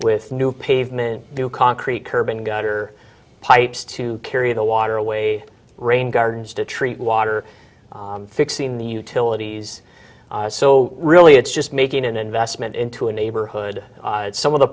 with new pavement new concrete curb and gutter pipes to carry the water away rain gardens to treat water fixing the utilities so really it's just making an investment into a neighborhood some of the